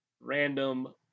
random